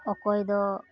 ᱚᱠᱚᱭ ᱫᱚ